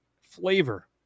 flavor